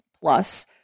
plus